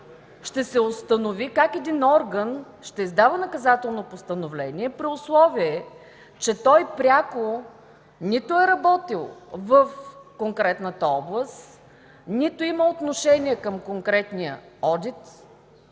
ще се установи как един орган ще издава наказателно постановление, при условие че пряко нито е работил в конкретната област, нито има отношение към конкретния одит?